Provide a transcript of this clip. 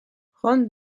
ron